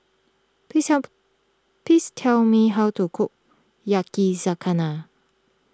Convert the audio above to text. please help please tell me how to cook Yakizakana